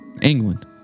england